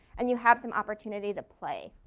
and you have some opportunity to play.